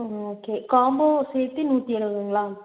ஆ okay combo சேர்த்து நூற்றி எழுவதுங்களா